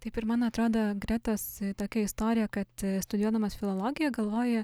taip ir man atrodo gretos tokia istorija kad studijuodamas filologiją galvoji